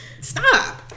Stop